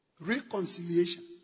Reconciliation